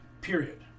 Period